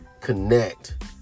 connect